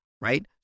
right